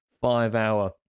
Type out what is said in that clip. five-hour